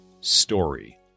story